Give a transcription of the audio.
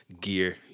gear